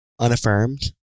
unaffirmed